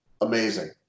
amazing